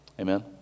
Amen